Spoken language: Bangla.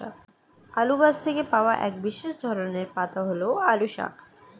আলু গাছ থেকে পাওয়া এক বিশেষ ধরনের পাতা হল আলু শাক